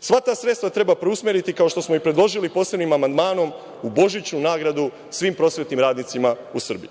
Sva ta sredstva treba preusmeriti, kao što smo i predložili posebnim amandmanom, u božićnu nagradu svim prosvetnim radnicima u Srbiji.